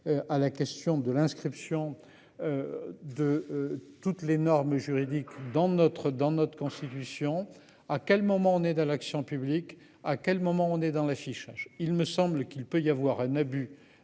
À la question de l'inscription. De toutes les normes juridiques dans notre dans notre Constitution. À quel moment on est dans l'action publique. À quel moment on est dans l'affichage. Il me semble qu'il peut y avoir un abus